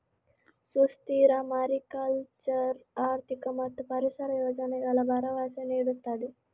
ಸುಸ್ಥಿರ ಮಾರಿಕಲ್ಚರ್ ಆರ್ಥಿಕ ಮತ್ತು ಪರಿಸರ ಪ್ರಯೋಜನಗಳ ಭರವಸೆ ನೀಡುತ್ತದೆ